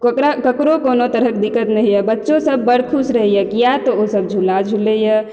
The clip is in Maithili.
ककरा ककरो कोनो तरहक दिक्कत नहि होइया बच्चो सब बड़ खुश रहैया किए तऽ ओसब झूला झुलैय